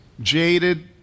jaded